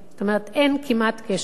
זאת אומרת אין כמעט קשר,